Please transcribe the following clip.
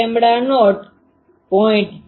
5 lambda naught 0